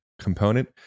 component